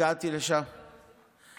אתה למדת באור עציון?